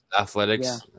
Athletics